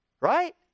Right